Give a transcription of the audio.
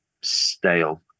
stale